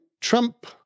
Trump